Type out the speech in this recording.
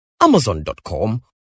Amazon.com